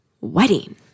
Wedding